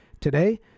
Today